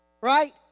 right